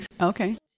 Okay